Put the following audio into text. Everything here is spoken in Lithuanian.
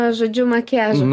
žodžiu makiažo